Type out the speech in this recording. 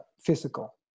physical